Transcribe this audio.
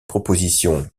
proposition